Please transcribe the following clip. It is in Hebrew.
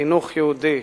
חינוך יהודי,